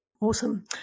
awesome